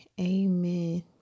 amen